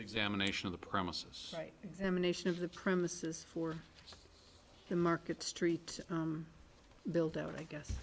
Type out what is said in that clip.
examination of the premises examination of the premises for the market street build out i guess